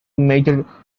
major